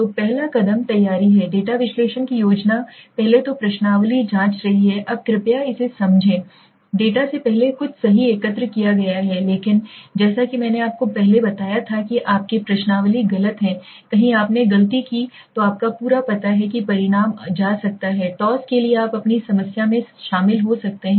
तो पहला कदम तैयारी है डेटा विश्लेषण की योजना पहले तो प्रश्नावली जाँच रही है अब कृपया इसे समझें डेटा से पहले कुछ सही एकत्र किया गया है लेकिन जैसा कि मैंने आपको पहले बताया था कि आपके प्रश्नावली गलत है कहीं आपने गलती की तो आपका पूरा पता है कि परिणाम जा सकता है टॉस के लिए आप अपनी समस्या में शामिल हो सकते हैं